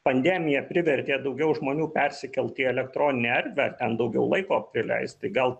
pandemija privertė daugiau žmonių persikelt į elektroninę erdvę ar ten daugiau laiko praleisti gal